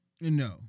No